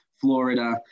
Florida